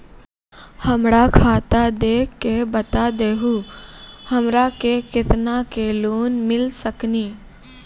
हमरा खाता देख के बता देहु हमरा के केतना के लोन मिल सकनी?